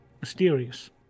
Mysterious